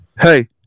hey